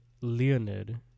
Leonid